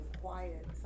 quiet